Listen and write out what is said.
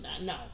no